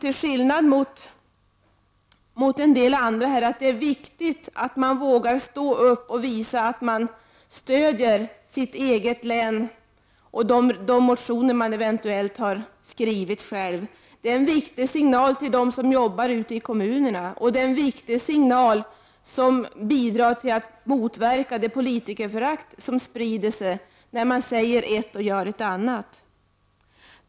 Till skillnad från en del andra här tror jag att det är viktigt att man vågar stå upp och stödja sitt eget hemlän och de motioner man eventuellt själv har skrivit. Det är en viktig signal till dem som jobbar ute i kommunerna, och det bidrar till att motverka det politikerförakt som sprider sig när man säger ett och gör ett annat.